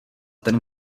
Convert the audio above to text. ten